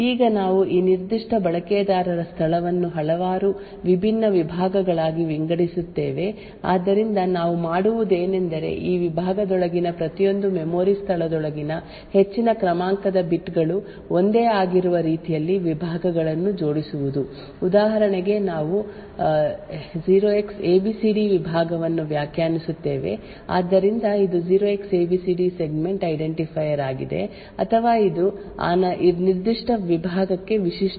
ಈಗ ನಾವು ಈ ನಿರ್ದಿಷ್ಟ ಬಳಕೆದಾರ ಸ್ಥಳವನ್ನು ಹಲವಾರು ವಿಭಿನ್ನ ವಿಭಾಗಗಳಾಗಿ ವಿಂಗಡಿಸುತ್ತೇವೆ ಆದ್ದರಿಂದ ನಾವು ಮಾಡುವುದೇನೆಂದರೆ ಈ ವಿಭಾಗದೊಳಗಿನ ಪ್ರತಿಯೊಂದು ಮೆಮೊರಿ ಸ್ಥಳದೊಳಗಿನ ಹೆಚ್ಚಿನ ಕ್ರಮಾಂಕದ ಬಿಟ್ ಗಳು ಒಂದೇ ಆಗಿರುವ ರೀತಿಯಲ್ಲಿ ವಿಭಾಗಗಳನ್ನು ಜೋಡಿಸುವುದು ಉದಾಹರಣೆಗೆ ನಾವು 0xabcd ವಿಭಾಗವನ್ನು ವ್ಯಾಖ್ಯಾನಿಸುತ್ತೇವೆ ಆದ್ದರಿಂದ ಇದು 0Xabcd ಸೆಗ್ಮೆಂಟ್ ಐಡೆಂಟಿಫೈಯರ್ ಆಗಿದೆ ಅಥವಾ ಇದು ಆ ನಿರ್ದಿಷ್ಟ ವಿಭಾಗಕ್ಕೆ ವಿಶಿಷ್ಟ ಗುರುತಿಸುವಿಕೆಯಾಗಿದೆ